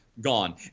gone